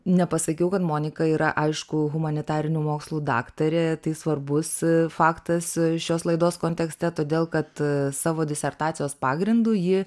nepasakiau kad monika yra aišku humanitarinių mokslų daktarė tai svarbus faktas šios laidos kontekste todėl kad savo disertacijos pagrindu ji